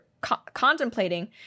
contemplating